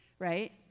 Right